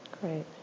Great